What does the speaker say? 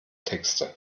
texte